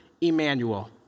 Emmanuel